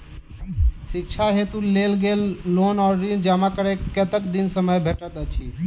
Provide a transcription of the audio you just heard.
शिक्षा हेतु लेल गेल लोन वा ऋण जमा करै केँ कतेक दिनक समय भेटैत अछि?